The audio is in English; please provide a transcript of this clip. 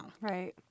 right